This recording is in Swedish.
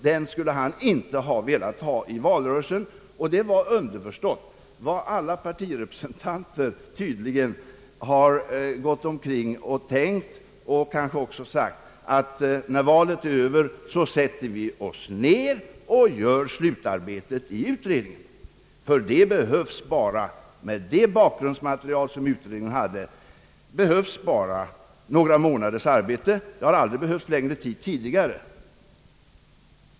Det kanske var vad alla partirepresentanter tydligen gått omkring och tänkt och kanske också sagt, nämligen att när valet är över sätter vi Oss ned och utför slutarbetet i utredningen, ty med det bakgrundsmaterial som utredningen har behövs bara några månaders arbete. Det har aldrig behövts längre tid tidigare.